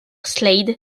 slade